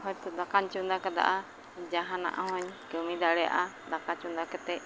ᱦᱚᱭᱛᱚ ᱫᱟᱠᱟᱧ ᱪᱚᱸᱫᱟ ᱠᱮᱫᱟ ᱡᱟᱦᱟᱱᱟᱜ ᱦᱚᱸᱧ ᱠᱟᱹᱢᱤ ᱫᱟᱲᱮᱭᱟᱜᱼᱟ ᱫᱟᱠᱟ ᱪᱚᱸᱫᱟ ᱠᱟᱛᱮᱫ